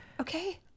Okay